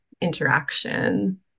interaction